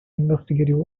investigative